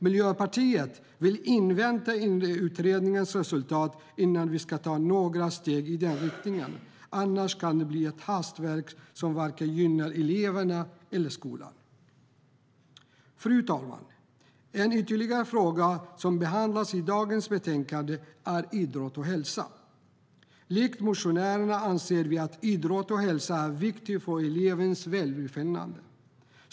Miljöpartiet vill invänta utredningens resultat innan vi tar några steg i den riktningen. Annars kan det bli ett hastverk som varken gynnar eleverna eller skolan. Fru talman! En ytterligare fråga som behandlas i dagens betänkande är idrott och hälsa. Likt motionärerna anser vi att idrott och hälsa är viktigt för elevens välbefinnande.